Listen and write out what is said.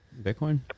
Bitcoin